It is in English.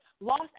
lost